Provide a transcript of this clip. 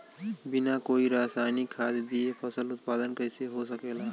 बिना कोई रसायनिक खाद दिए फसल उत्पादन कइसे हो सकेला?